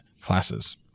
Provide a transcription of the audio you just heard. classes